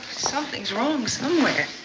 something's wrong somewhere.